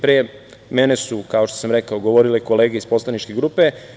Pre mene su, kao što sam rekao, govorile kolege iz poslaničke grupe.